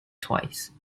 twice